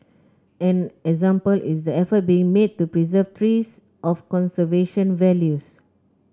an example is the effort being made to preserve trees of conservation values